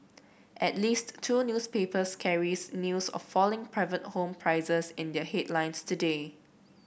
at least two newspapers carries news of falling private home prices in their headlines today